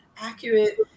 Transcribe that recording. accurate